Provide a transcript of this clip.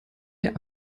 der